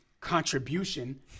contribution